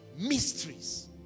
mysteries